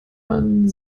man